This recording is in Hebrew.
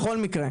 בכל מקרה.